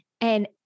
and-